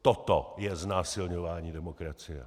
Toto je znásilňování demokracie.